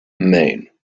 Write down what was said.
maine